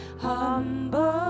humble